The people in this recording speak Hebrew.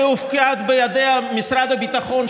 והופקד בידיה משרד הביטחון,